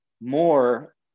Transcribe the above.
more